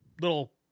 little